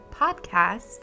podcast